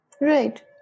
Right